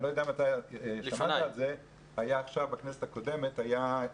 אני לא יודע אם שמעת על זה בכנסת הקודמת היו דיונים